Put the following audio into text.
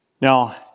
Now